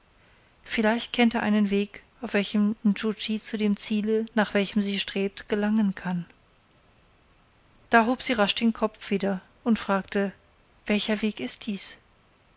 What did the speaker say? vielleicht kennt er einen weg auf welchem nscho tschi zu dem ziele nach welchem sie strebt gelangen kann da hob sie rasch den kopf wieder und fragte welcher weg ist dies